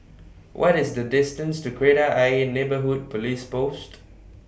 What IS The distance to Kreta Ayer Neighbourhood Police Post